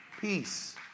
Peace